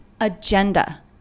agenda